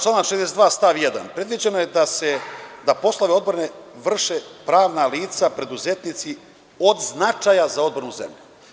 člana 62. stav 1. predviđeno je da poslove odbrane vrše pravna lica, preduzetnici od značaja za odbranu zemlje.